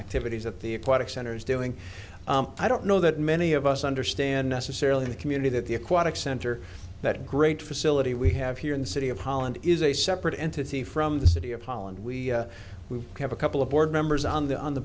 activities at the aquatic center is doing i don't know that many of us understand necessarily the community that the aquatic center that great facility we have here in the city of holland is a separate entity from the city of holland we have a couple of board members on the on the